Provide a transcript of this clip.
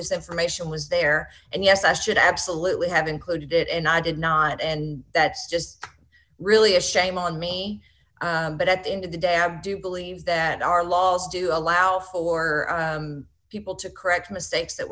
this information was there and yes i should absolutely have included it and i did not and that's just really a shame on me but at the end of the day i do believe that our laws do allow for people to correct mistakes that